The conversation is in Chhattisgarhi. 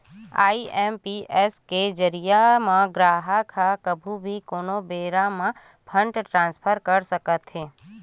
आई.एम.पी.एस के जरिए म गराहक ह कभू भी कोनो बेरा म फंड ट्रांसफर कर सकत हे